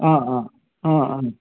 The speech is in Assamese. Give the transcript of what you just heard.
অঁ অঁ অঁ অঁ